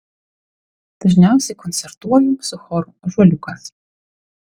dažniausiai koncertuoju su choru ąžuoliukas